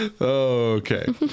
Okay